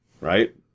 right